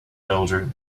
mildrid